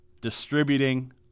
distributing